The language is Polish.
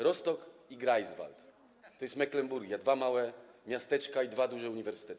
Rostock i Greifswald - to jest Meklemburgia - dwa małe miasteczka i dwa duże uniwersytety.